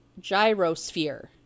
gyrosphere